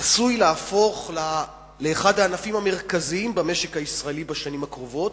עשוי להפוך לאחד הענפים המרכזיים במשק הישראלי בשנים הקרובות,